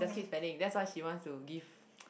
keep spending that's why she wants to give